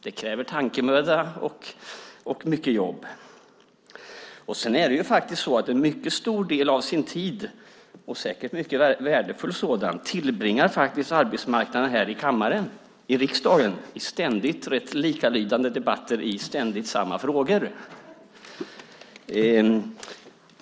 Det kräver tankemöda och mycket jobb. Sedan är det ju faktiskt så att en mycket stor del av sin tid, säkert mycket värdefull sådan, tillbringar arbetsmarknadsministern här i kammaren i riksdagen i ständigt rätt likalydande debatter i ständigt samma frågor.